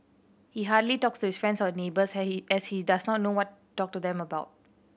he hardly talks his friends or neighbours has he as he does not know what talk to them about